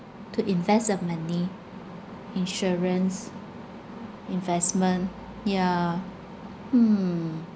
to invest the money insurance investment yeah hmm